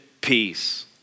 peace